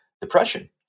depression